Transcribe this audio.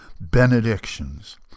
benedictions